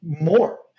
more